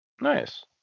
Nice